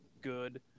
good